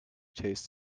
taste